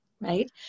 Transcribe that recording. right